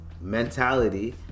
mentality